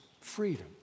freedom